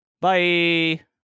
Bye